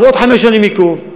אז עוד חמש שנים עיכוב.